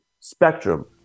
spectrum